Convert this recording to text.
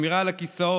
שמירה על הכיסאות.